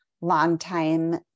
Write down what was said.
longtime